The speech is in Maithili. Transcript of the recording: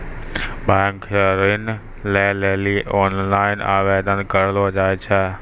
बैंक से ऋण लै लेली ओनलाइन आवेदन करलो जाय छै